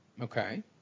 Okay